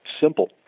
simple